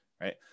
right